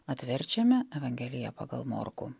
atverčiame evangeliją pagal morkų